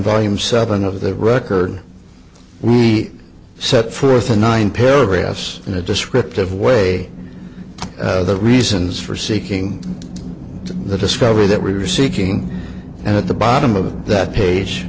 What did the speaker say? volume seven of the record we set forth the nine paragraphs in a descriptive way the reasons for seeking the discovery that we were seeking and at the bottom of that page